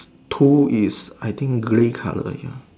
two is I think grey colour ya